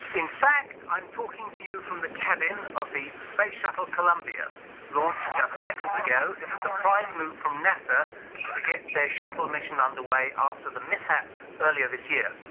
in fact i'm talking to you from the cabin of the space shuttle columbia launched just seconds ago in a surprise move from nasa to get their shuttle mission underway after the mishap earlier this year.